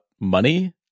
money